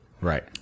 Right